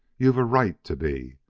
you've a right to be.